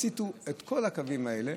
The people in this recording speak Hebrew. הסיטו את כל הקווים האלה